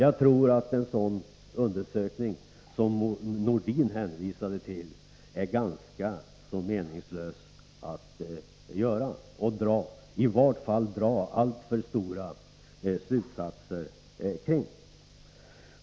En undersökning som den som Sven-Erik Nordin hänvisade till är, tror jag, ganska meningslös; i varje fall är det inte möjligt att dra några alltför långtgående slutsatser av den.